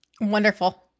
Wonderful